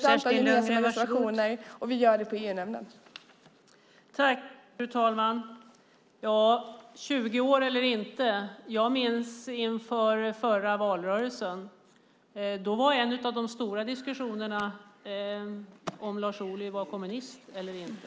Fru talman! Jag vet inte om det är 20 år sedan eller inte, men jag minns att inför förra valrörelsen handlade en av de stora diskussionerna om huruvida Lars Ohly var kommunist eller inte.